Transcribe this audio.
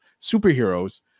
superheroes